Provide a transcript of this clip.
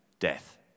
death